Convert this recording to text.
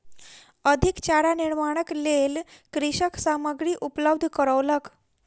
अधिक चारा निर्माणक लेल कृषक सामग्री उपलब्ध करौलक